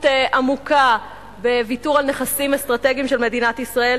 עמוקה בוויתור על נכסים אסטרטגיים של מדינת ישראל,